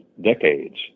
decades